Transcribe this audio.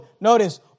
Notice